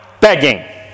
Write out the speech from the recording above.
begging